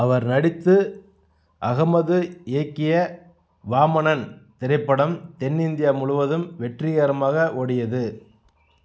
அவர் நடித்து அகமது இயக்கிய வாமனன் திரைப்படம் தென்னிந்தியா முலுவதும் வெற்றிகரமாக ஓடியது